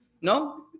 No